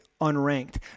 unranked